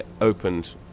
opened